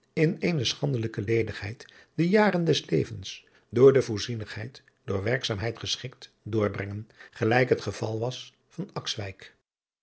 in eene schandelijke ledigheid de jaadriaan loosjes pzn het leven van hillegonda buisman ren des levens door de voorzienigheid tot werkzaamheid geschikt doorbrengen gelijk het geval was